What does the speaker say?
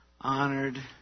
honored